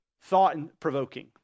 thought-provoking